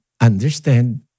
understand